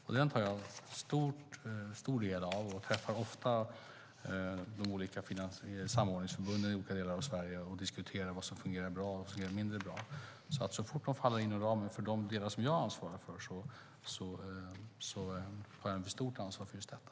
Den diskussionen tar jag del av, och jag träffar ofta de olika samordningsförbunden i olika delar av Sverige och diskuterar vad som fungerar bra och fungerar mindre bra. Så fort det faller inom ramen för de delar som jag ansvarar för tar jag stort ansvar för just detta.